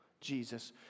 Jesus